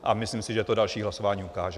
A myslím, že to další hlasování ukáže.